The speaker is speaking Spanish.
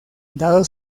dado